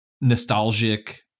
nostalgic